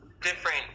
different